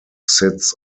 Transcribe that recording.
sits